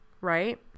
right